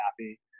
happy